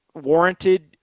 warranted